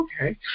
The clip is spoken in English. okay